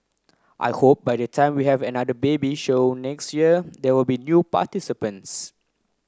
I hope by the time we have another baby show next year there will be new participants